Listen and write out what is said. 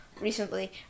recently